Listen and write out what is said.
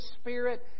Spirit